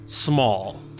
small